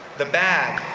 the bad,